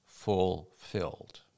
fulfilled